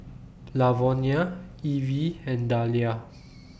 Lavonia Ivey and Dalia